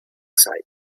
site